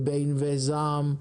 ובענבי זעם,